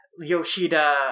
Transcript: Yoshida